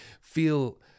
feel